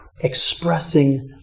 expressing